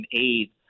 aid